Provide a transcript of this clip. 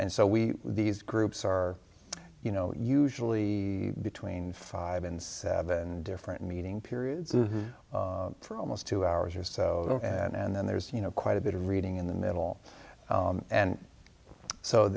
and so we these groups are you know usually between five and seven different meeting periods for almost two hours or so and then there's you know quite a bit of reading in the middle and so